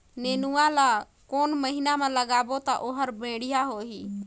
नेनुआ ला कोन महीना मा लगाबो ता ओहार बेडिया होही?